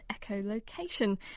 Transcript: echolocation